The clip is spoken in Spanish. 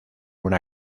una